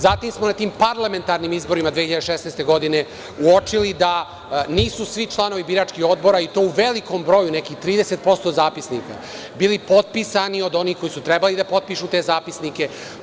Zatim, smo na tim parlamentarnim izborima 2016. godine uočili da nisu svi članovi biračkih odbora i to u velikom broju, nekih 30% zapisnika bili potpisani od onih koji su trebali da potpišu te zapisnike.